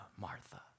Martha